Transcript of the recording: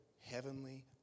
heavenly